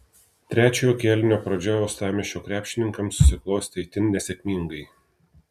trečiojo kėlinio pradžia uostamiesčio krepšininkams susiklostė itin nesėkmingai